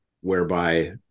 whereby